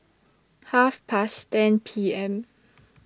Half Past ten P M